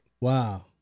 Wow